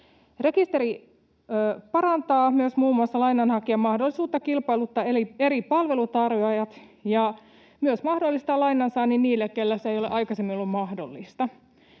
Rekisteri parantaa myös muun muassa lainanhakijan mahdollisuutta kilpailuttaa eri palveluntarjoajat ja mahdollistaa myös lainansaannin niille, keille se ei ole aikaisemmin ollut mahdollista.